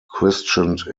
christened